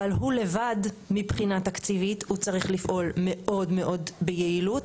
אבל הוא לבד מבחינה תקציבית הוא צריך לפעול מאוד מאוד ביעילות.